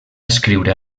escriure